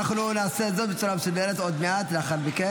אנחנו נעשה זאת בצורה מסודרת עוד מעט, לאחר מכן.